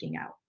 out